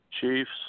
Chiefs